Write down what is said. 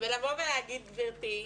ולבוא ולהגיד, גבירתי,